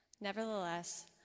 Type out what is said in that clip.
Nevertheless